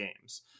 games